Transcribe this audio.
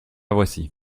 voici